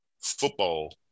football